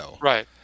Right